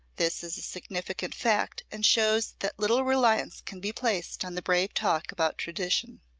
this is a significant fact and shows that little reliance can be placed on the brave talk about tradition.